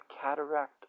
cataract